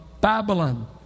Babylon